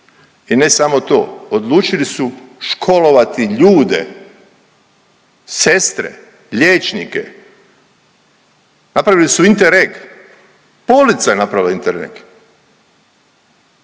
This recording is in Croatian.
i ne samo to, odlučili su školovati ljude, sestre, liječnike, napravili su Interreg, bolnica je napravila Interreg,